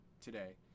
today